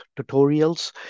tutorials